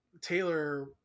taylor